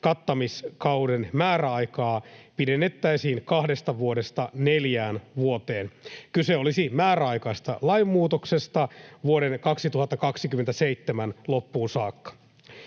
kattamiskauden määräaikaa pidennettäisiin kahdesta vuodesta neljään vuoteen. Kyse olisi määräaikaisesta lainmuutoksesta vuoden 2027 loppuun saakka.